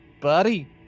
Buddy